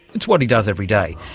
it's what he does every day.